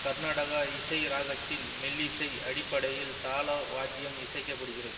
கர்நாடகா இசை ராகத்தில் மெல்லிசை அடிப்படையில் தாள வாத்தியம் இசைக்கப்படுகிறது